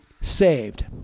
saved